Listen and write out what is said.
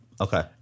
Okay